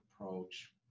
approach